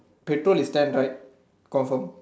petrol is ten right confirm